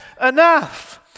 enough